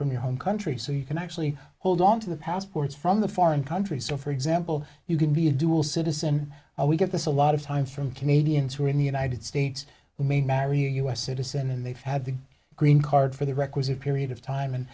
from your home country so you can actually hold on to the passports from the foreign countries so for example you can be a dual citizen we get this a lot of time from canadians who are in the united states who made marry us citizen and they've had the green card for the requisite period of time and